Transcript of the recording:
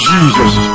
Jesus